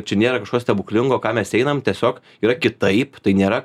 čia nėra kažko stebuklingo ką mes einam tiesiog yra kitaip tai nėra